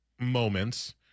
moments